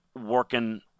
working